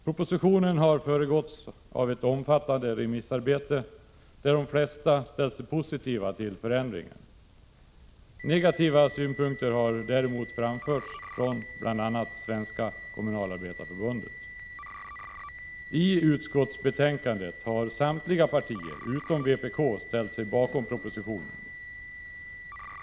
Propositionen har föregåtts av ett omfattande remissarbete, där de flesta ställt sig positiva till förändringar. Negativa synpunkter har däremot framförts från bl.a. Svenska kommunalarbetareförbundet. I utskottsbetänkandet har samtliga partier utom vpk ställt sig bakom propositionen.